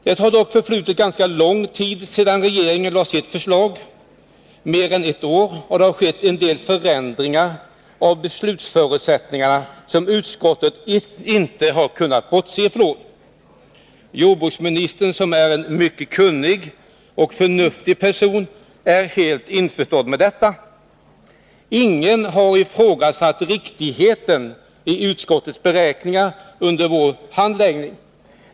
Det har dock förflutit ganska lång tid sedan regeringen lade fram sitt förslag, mer än ett år, och det har skett vissa förändringar av beslutsförutsättningarna, som utskottet inte har kunnat bortse ifrån. Jordbruksministern, som är en mycket kunnig och förnuftig person, är helt införstådd med detta. Ingen har ifrågasatt riktigheten i utskottets beräkningar under vår handläggning.